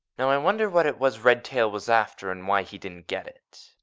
now, i wonder what it was redtail was after and why he didn't get it,